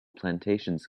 plantations